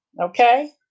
okay